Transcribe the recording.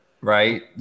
right